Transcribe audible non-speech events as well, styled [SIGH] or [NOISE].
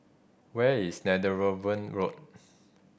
where is Netheravon Road [NOISE]